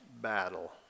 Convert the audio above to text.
battle